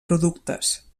productes